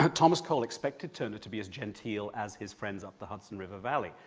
ah thomas cole expected turner to be as genteel as his friends of the hudson river valley,